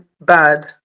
bad